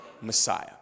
Messiah